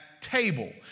table